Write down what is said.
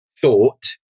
thought